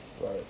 Right